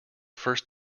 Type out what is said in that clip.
first